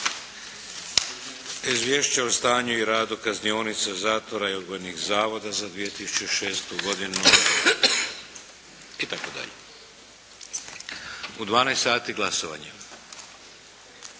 Izvješće o stanju i radu kaznionica, zatvora i odgojnih zavoda za 2006. godinu itd. U 12,00 sati glasovanje.